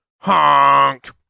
Honk